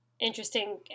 interesting